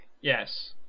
Yes